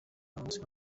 umunsi